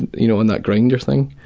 you know on that grindr thing?